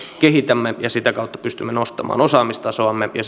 kehitämme ja sitä kautta pystymme nostamaan osaamistasoamme ja